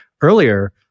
earlier